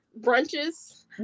brunches